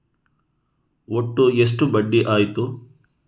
ಒಟ್ಟು ಎಷ್ಟು ಬಡ್ಡಿ ಆಯಿತು?